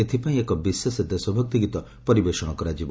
ଏଥିପାଇଁ ଏକ ବିଶେଷ ଦେଶଭକ୍ତି ଗୀତ ପରିବେଷଣ କରାଯିବ